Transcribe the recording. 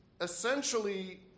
essentially